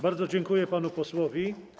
Bardzo dziękuję panu posłowi.